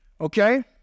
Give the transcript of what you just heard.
Okay